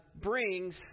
brings